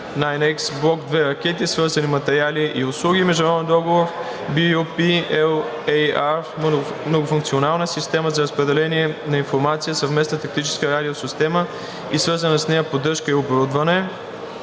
9X Блок II ракети, свързани материали и услуги4“ и международен договор (LOA) BU-P-LAR „Многофункционална система за разпределение на информация – Съвместна тактическа радиосистема и свързана с нея поддръжка и оборудване“